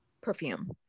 perfume